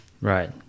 Right